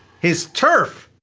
his turf!